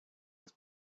las